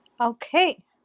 Okay